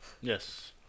Yes